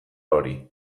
hori